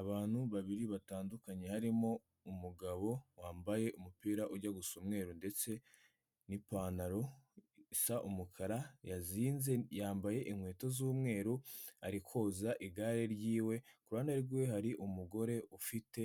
Abantu babiri batandukanye harimo umugabo wambaye umupira ujya gusa umweru ndetse n'ipantaro isa umukara yazinze, yambaye inkweto z'umweru ari koza igare ryiwe, ku ruhande rwiwe hari umugore ufite